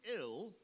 ill